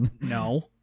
no